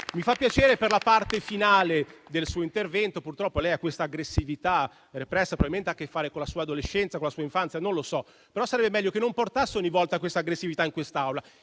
Mi fa piacere la parte finale del suo intervento. Purtroppo lei ha questa aggressività repressa, che probabilmente ha a che fare con la sua adolescenza, con la sua infanzia. Non lo so, però sarebbe meglio che non portasse ogni volta questa aggressività in quest'Aula,